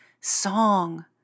song